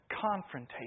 confrontation